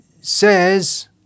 says